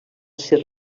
ser